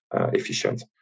efficient